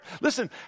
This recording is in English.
Listen